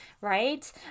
right